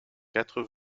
quatre